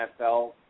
NFL